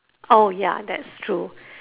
oh ya that's true